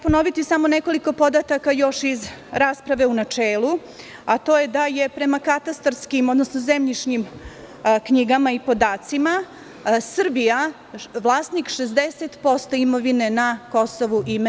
Ponoviću samo nekoliko podataka još iz rasprave u načelu, a to je da je prema katastarskim, odnosno zemljišnim knjigama i podacima Srbija vlasnik 60% imovine na KiM.